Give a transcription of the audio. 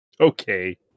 Okay